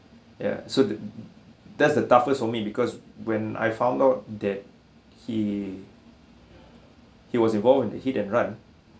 ya so the that's the toughest for me because when I found out that he he was involved in a hit and run